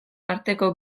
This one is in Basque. arteko